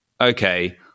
okay